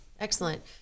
Excellent